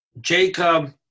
Jacob